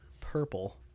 purple